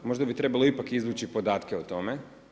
Možda bi trebalo ipak izvući podatke o tome.